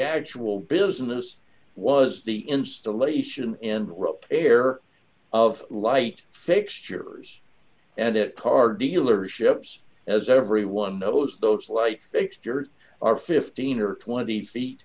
actual business was the installation and the repair of light fixtures and that car dealerships as everyone knows those light fixtures are fifteen or twenty feet